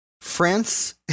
France